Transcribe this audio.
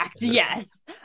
yes